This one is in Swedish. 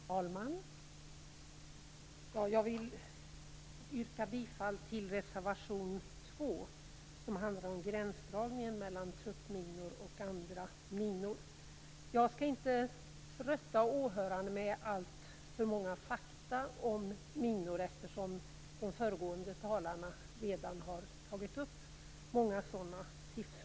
Fru talman! Jag yrkar bifall till reservation 2, som handlar om gränsdragningen mellan truppminor och andra minor. Jag skall inte trötta åhörarna med alltför många fakta om minor, eftersom de föregående talarna redan har redovisat många siffror om detta.